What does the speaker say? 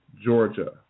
Georgia